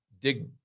dig